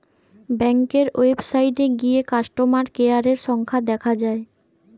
ব্যাংকের ওয়েবসাইটে গিয়ে কাস্টমার কেয়ারের সংখ্যা দেখা যায়